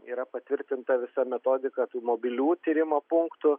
yra patvirtinta visa metodika tų mobilių tyrimo punktų